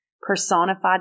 personified